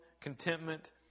contentment